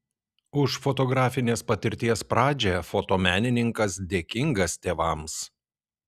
už fotografinės patirties pradžią fotomenininkas dėkingas tėvams